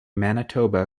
manitoba